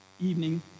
evening